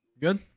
Good